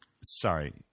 Sorry